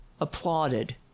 applauded